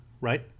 right